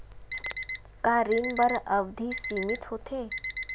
का ऋण बर अवधि सीमित होथे?